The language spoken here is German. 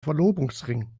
verlobungsring